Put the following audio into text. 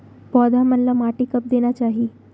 पौधा मन ला माटी कब देना चाही?